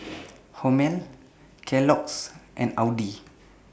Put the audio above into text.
Hormel Kellogg's and Audi